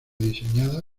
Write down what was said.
diseñada